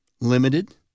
limited